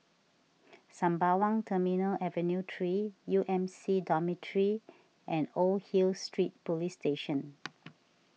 Sembawang Terminal Avenue three U M C Dormitory and Old Hill Street Police Station